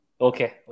Okay